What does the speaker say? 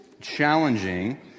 challenging